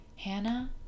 Hannah